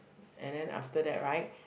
and then after that right